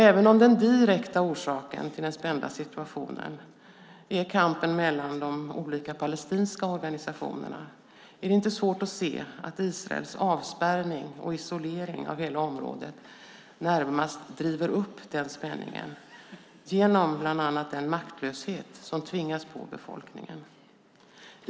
Även om den direkta orsaken till den spända situationen är kampen mellan de olika palestinska organisationerna är det inte svårt att se att Israels avspärrning och isolering av hela området närmast driver upp den spänningen genom bland annat den maktlöshet som tvingas på befolkningen.